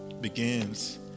begins